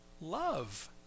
love